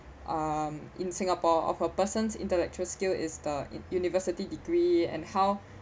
um in singapore of a person's intellectual skill is the university degree and how